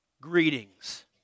Greetings